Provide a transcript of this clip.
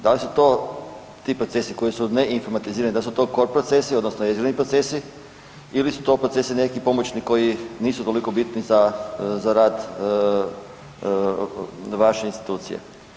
Da li su to ti procesi koji su neinformatizirani, da li su to core procesi odnosno jezgrovni procesi ili su to procesi neki pomoćni koji nisu toliko bitni za rad, za rad vaše institucije?